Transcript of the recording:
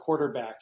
quarterbacks